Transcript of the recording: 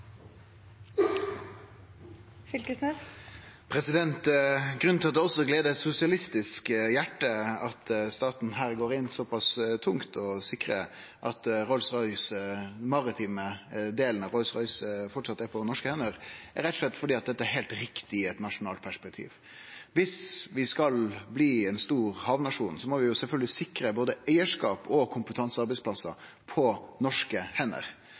Grunnen til at det gleder også eit sosialistisk hjarte at staten her går inn såpass tungt og sikrar at den maritime delen av Rolls-Royce framleis er på norske hender, er rett og slett at det er heilt riktig i eit nasjonalt perspektiv. Viss vi skal bli ein stor havnasjon, må vi sjølvsagt sikre både eigarskap og kompetansearbeidsplassar på norske hender.